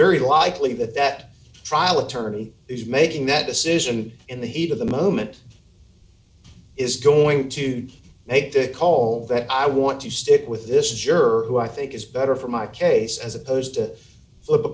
very likely that that trial attorney is making that decision in the heat of the moment is going to make the call that i want to stick with this juror who i think is better for my case as opposed to